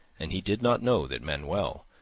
and he did not know that manuel,